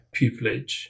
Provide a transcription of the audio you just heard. pupillage